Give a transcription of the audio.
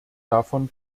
davon